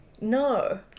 No